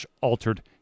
altered